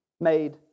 made